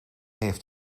heeft